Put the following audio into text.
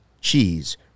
cheese